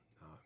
no